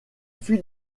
fut